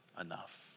enough